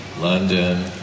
London